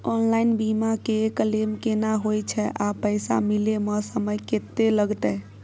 Online बीमा के claim केना होय छै आ पैसा मिले म समय केत्ते लगतै?